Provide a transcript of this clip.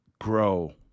grow